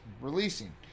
releasing